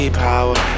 power